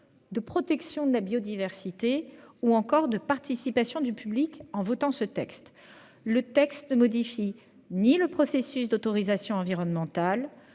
de protection de la biodiversité ou encore de participation du public. Le texte ne modifie ni le processus d'autorisation environnementale